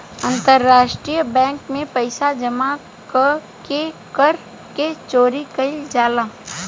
अंतरराष्ट्रीय बैंक में पइसा जामा क के कर के चोरी कईल जाला